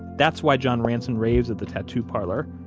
that's why john rants and raves at the tattoo parlor.